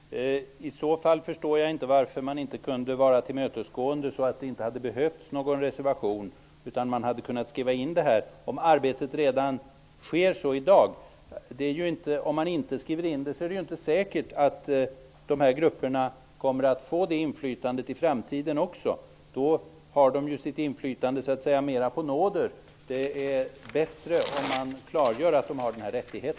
Fru talman! I så fall förstår jag inte varför man inte hade kunnat vara tillmötesgående. Då hade vi inte behövt att avge någon reservation. Man borde ha kunnat skriva in det här. Visserligen sker ett sådant arbete i dag, men om man inte skriver in denna rätt är det ju inte säkert att dessa grupper kommer att få samma inflytande också i framtiden. Då har det sitt inflytande så att säga mera på nåder. Det är bättre om man klargör att de har denna rättighet.